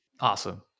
Awesome